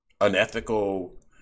Unethical